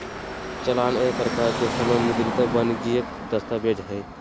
चालान एक प्रकार के समय मुद्रित वाणिजियक दस्तावेज हय